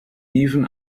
even